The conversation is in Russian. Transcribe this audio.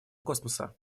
космоса